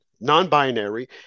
non-binary